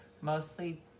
mostly